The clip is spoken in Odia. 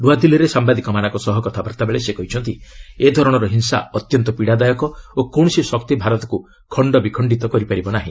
ନୂଆଦିଲ୍ଲୀରେ ସାମ୍ଭାଦିକମାନଙ୍କ ସହ କଥାବାର୍ତ୍ତା ବେଳେ ସେ କହିଛନ୍ତି ଏଧରଣର ହିଂସା ଅତ୍ୟନ୍ତ ପୀଡ଼ାଦାୟକ ଓ କୌଣସି ଶକ୍ତି ଭାରତକୁ ଖଣ୍ଡବିଖଣ୍ଡିତ କରିପାରିବ ନାର୍ହି